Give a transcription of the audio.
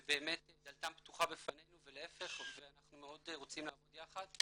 ובאמת דלתם פתוחה בפנינו ולהיפך ואנחנו מאוד רוצים לעבוד יחד.